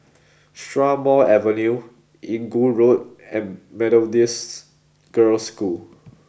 Strathmore Avenue Inggu Road and Methodist Girls' School